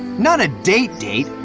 not a date date.